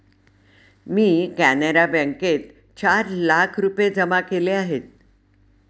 मी कॅनरा बँकेत चार लाख रुपये जमा केले आहेत